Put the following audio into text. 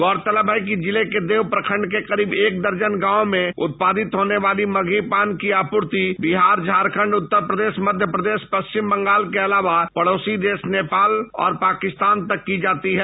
गौरतलब है कि जिले के देव प्रखंड के करीब एक दर्जन गांव में उत्पादित होने वाले मगही पान की आपूर्ति बिहार झारखंड उत्तर प्रदेश मध्य प्रदेश पश्चिम बंगाल के अलावा पड़ोसी देश नेपाल और पाकिस्तान तक की जाती है